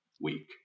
week